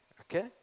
Okay